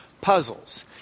puzzles